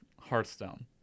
Hearthstone